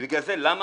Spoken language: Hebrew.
למה?